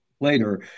later